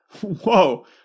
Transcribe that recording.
whoa